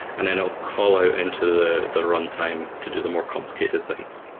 and then it will call out into the the runtime to do the more complicated things.